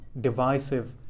divisive